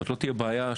לא תהיה בעיה,